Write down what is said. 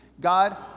God